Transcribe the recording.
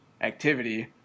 activity